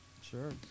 Sure